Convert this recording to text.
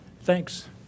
Thanks